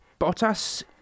Bottas